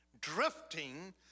drifting